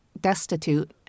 destitute